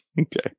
Okay